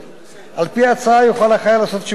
על-פי ההצעה יוכל החייל לעשות שימוש בכספים